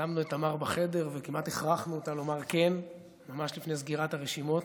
שמנו את תמר בחדר וכמעט הכרחנו אותה לומר כן ממש לפני סגירת הרשימות.